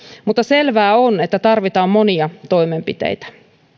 mutta selvää on että tarvitaan monia toimenpiteitä